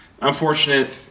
Unfortunate